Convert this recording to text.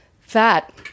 fat